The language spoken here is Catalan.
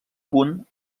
punt